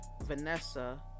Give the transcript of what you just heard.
Vanessa